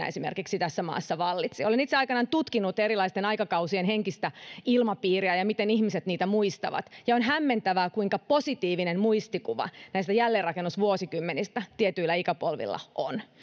esimerkiksi jälleenrakennusaikoina tässä maassa vallitsi olen itse aikanaan tutkinut erilaisten aikakausien henkistä ilmapiiriä ja sitä miten ihmiset niitä muistavat ja on hämmentävää kuinka positiivinen muistikuva näistä jälleenrakennusvuosikymmenistä tietyillä ikäpolvilla on